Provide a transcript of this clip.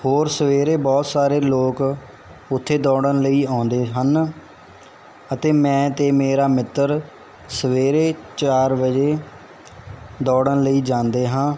ਹੋਰ ਸਵੇਰੇ ਬਹੁਤ ਸਾਰੇ ਲੋਕ ਉੱਥੇ ਦੌੜਨ ਲਈ ਆਉਂਦੇ ਹਨ ਅਤੇ ਮੈਂ ਅਤੇ ਮੇਰਾ ਮਿੱਤਰ ਸਵੇਰੇ ਚਾਰ ਵਜੇ ਦੌੜਨ ਲਈ ਜਾਂਦੇ ਹਾਂ